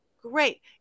great